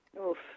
Oof